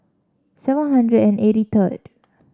seven hundred and eighty third